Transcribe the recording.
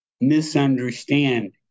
misunderstand